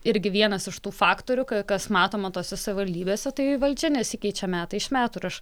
irgi vienas iš tų faktorių ka kas matoma tose savivaldybėse tai valdžia nesikeičia metai iš metų ir aš